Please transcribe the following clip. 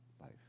life